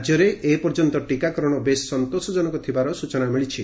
ରାଜ୍ୟରେ ଏପର୍ଯ୍ୟନ୍ତ ଟିକାକରଣ ବେଶ୍ ସନ୍ତୋଷଜନକ ଥିବା ସ୍ଚନା ମିଳିଛି